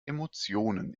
emotionen